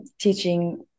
teaching